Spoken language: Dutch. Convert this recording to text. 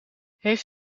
heeft